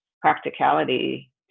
practicality